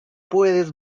puedes